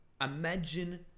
Imagine